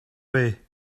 way